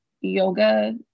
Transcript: yoga